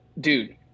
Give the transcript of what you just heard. dude